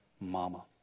mama